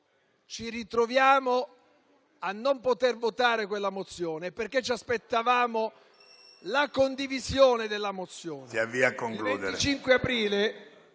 ci ritroviamo a non poter votare quella mozione e perché ci aspettavamo la condivisione della nostra